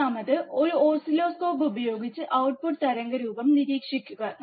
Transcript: മൂന്നാമത് ഒരു ഓസിലോസ്കോപ്പ് ഉപയോഗിച്ച് ഔട്ട്പുട്ട് തരംഗരൂപം നിരീക്ഷിക്കുക